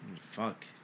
Fuck